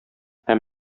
һәм